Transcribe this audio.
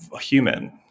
human